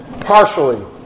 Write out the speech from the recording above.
partially